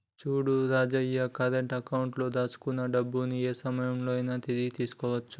చూడు Rajavva current account లో దాచుకున్న డబ్బుని ఏ సమయంలో నైనా తిరిగి తీసుకోవచ్చు